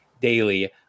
daily